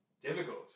difficult